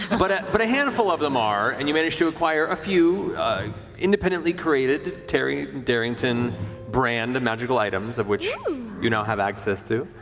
but but a handful of them are, and you manage to acquire a few independently created taryon darrington brand magical items of which you now have access to.